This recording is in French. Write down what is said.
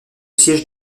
siège